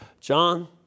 John